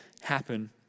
happen